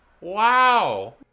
wow